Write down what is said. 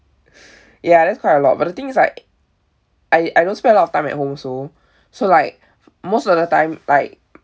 ya that's quite a lot but the thing is like I I don't spend a lot of time at home also so like most of the time like